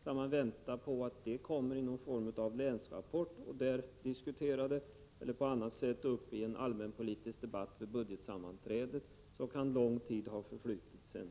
Skall man vänta på att frågan tas upp i något slags länsrapport eller tas upp vid en allmänpolitisk debatt vid ett budgetsammanträde, kan det ha förflutit lång tid efter det att